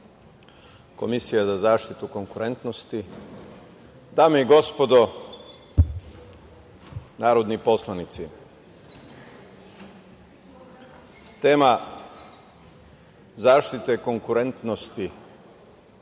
Komisije za zaštitu konkurentnosti, dame i gospodo narodni poslanici, tema zaštite konkurentnosti,